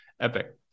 Epic